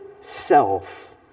self